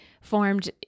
formed